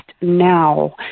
now